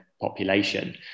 population